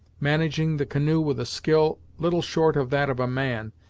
managing the canoe with a skill little short of that of a man,